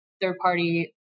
third-party